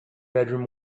bedroom